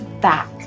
back